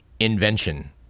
invention